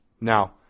Now